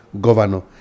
governor